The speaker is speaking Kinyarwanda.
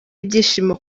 ibyishimo